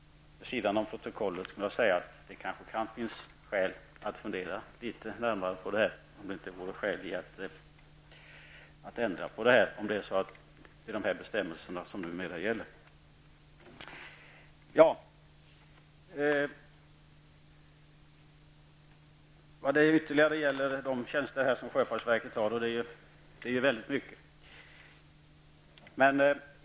Vid sidan av protokollet skulle jag vilja säga att det kanske finns anledning att fundera litet på om det inte vore skäl att ändra på denna bestämmelse som numera gäller. Det finns ju ytterligare många tjänster inom sjöfartsverkets område.